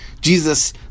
Jesus